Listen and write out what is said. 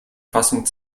fassung